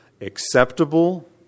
Acceptable